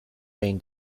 been